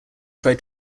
try